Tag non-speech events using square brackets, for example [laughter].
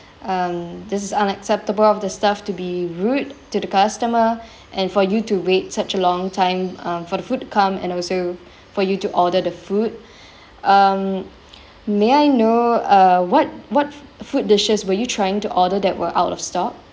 um this is unacceptable of the staff to be rude to the customer and for you to wait such a long time um for the food to come and also for you to order the food um [breath] may I know uh what what food dishes were you trying to order that were out of stock